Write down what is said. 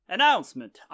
Announcement